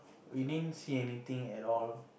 we didn't see anything at all